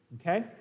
okay